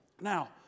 now